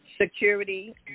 security